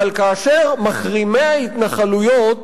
אבל כאשר מחרימי ההתנחלויות